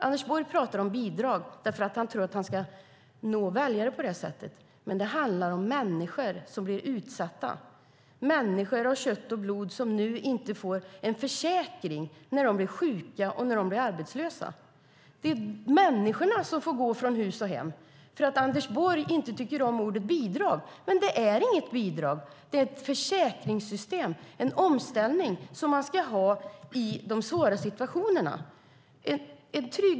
Anders Borg talar om bidrag och tror att han ska nå väljare på det sättet, men det handlar om människor som blir utsatta - människor av kött och blod som nu inte får en försäkring när de blir sjuka eller arbetslösa. Människor får gå från hus och hem därför att Anders Borg inte tycker om ordet bidrag. Men det är inte fråga om bidrag. Det är ett försäkringssystem, en omställning som man ska ha i de svåra situationerna.